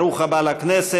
ברוך הבא לכנסת,